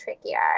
trickier